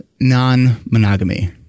non-monogamy